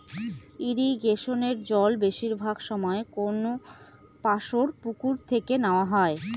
ইরিগেশনের জল বেশিরভাগ সময় কোনপাশর পুকুর থেকে নেওয়া হয়